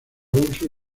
uso